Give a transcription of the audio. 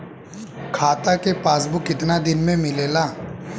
खाता के पासबुक कितना दिन में मिलेला?